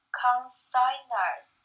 consigners